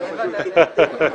מאיפה אתה יודע?